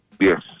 Yes